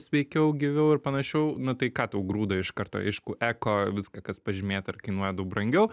sveikiau gyviau ir panašiau na tai ką tau grūda iš karto aišku eko viską kas pažymėta ir kainuoja daug brangiau